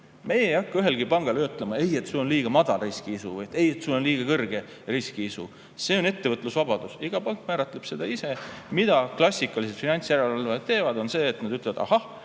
Me ei hakka ühelegi pangale ütlema, et sul on liiga madal riskiisu või sul on liiga kõrge riskiisu. Meil on ettevõtlusvabadus. Iga pank määratleb seda ise. Mida klassikalised finantsjärelevalved teevad, on see, et nad ütlevad: ahah,